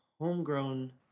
homegrown